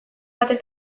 baten